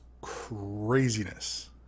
craziness